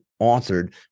authored